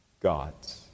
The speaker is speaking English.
God's